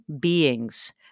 beings